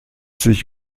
sich